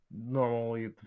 normally